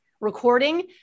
recording